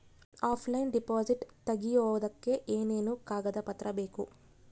Offline deposit ತೆಗಿಯೋದಕ್ಕೆ ಏನೇನು ಕಾಗದ ಪತ್ರ ಬೇಕು?